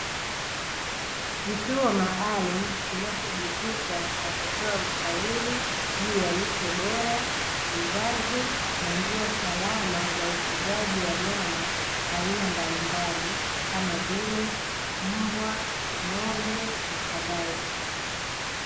Kituo maalumu kinachojikita na kutoa ushauri juu ya lishe bora, uzazi, na njia salama za ufugaji wanyama aina mbalimbali kama vile mbwa, ng'ombe, na kadhalika.